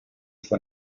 for